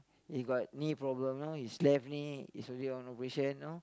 he got knee problem know his left knee is already on operation know